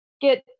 get